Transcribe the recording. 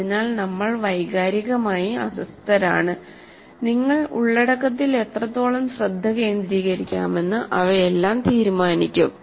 അതിനാൽ നിങ്ങൾ വൈകാരികമായി അസ്വസ്ഥരാണ് നിങ്ങൾക്ക് ഉള്ളടക്കത്തിൽ എത്രത്തോളം ശ്രദ്ധ കേന്ദ്രീകരിക്കാമെന്ന് അവയെല്ലാം തീരുമാനിക്കും